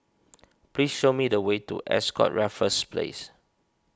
please show me the way to Ascott Raffles Place